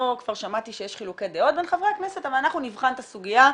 שמעתי פה כבר שיש חילוקי דעות בין חברי הכנסת אבל אנחנו נבחן את הסוגיה,